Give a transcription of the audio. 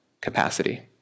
capacity